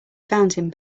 fountain